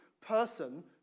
person